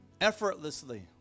effortlessly